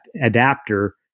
adapter